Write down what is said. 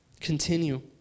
continue